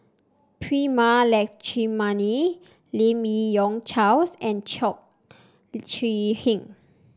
Prema Letchumanan Lim Yi Yong Charles and Chong Kee Hiong